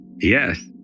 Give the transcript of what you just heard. Yes